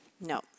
No